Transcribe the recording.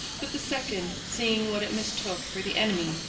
but the second, seeing what it mistook for the enemy,